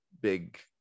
big